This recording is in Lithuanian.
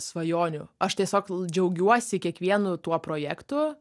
svajonių aš tiesiog džiaugiuosi kiekvienu tuo projektu